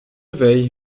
veille